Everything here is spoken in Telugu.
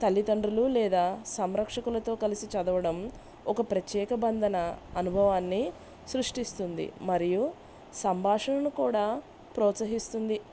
తల్లిదండ్రులు లేదా సంరక్షకులతో కలిసి చదవడం ఒక ప్రత్యేక బంధన అనుభవాన్ని సృష్టిస్తుంది మరియు సంభాషణను కూడా ప్రోత్సహిస్తుంది